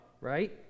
right